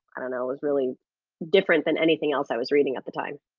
i don't know, was really different than anything else i was reading at the time.